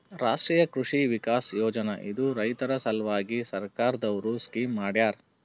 ರಾಷ್ಟ್ರೀಯ ಕೃಷಿ ವಿಕಾಸ್ ಯೋಜನಾ ಇದು ರೈತರ ಸಲ್ವಾಗಿ ಸರ್ಕಾರ್ ದವ್ರು ಸ್ಕೀಮ್ ಮಾಡ್ಯಾರ